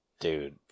Dude